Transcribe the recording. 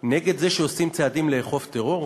נגד זה שעושים צעדים לאכוף טרור?